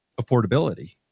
affordability